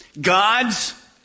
God's